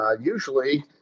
Usually